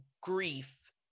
grief